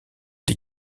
des